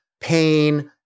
pain